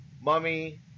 Mummy